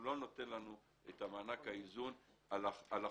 הוא לא נותן לנו את מענק האיזון על החוסר,